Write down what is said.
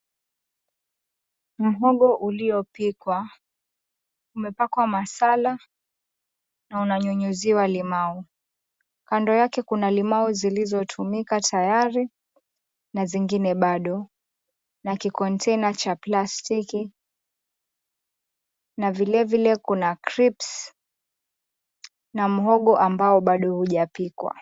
Muhogo uliopikwa umepakwa masala na unanyuyuziwa limau. Kando yake kuna limau zilizo tumika tayari na zingine bado na kikontaina cha plastiki na vilevile kuna crips na muhogo ambao bado hujapikwa.